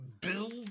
build